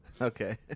okay